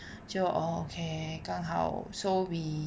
就 okay 刚好 so we